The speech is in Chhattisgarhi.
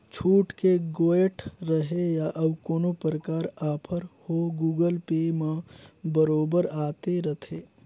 छुट के गोयठ रहें या अउ कोनो परकार आफर हो गुगल पे म बरोबर आते रथे